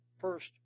first